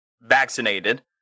vaccinated